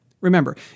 Remember